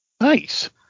Nice